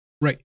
Right